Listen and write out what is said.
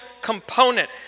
component